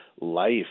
life